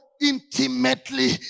intimately